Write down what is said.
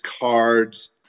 cards